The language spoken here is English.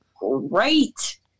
great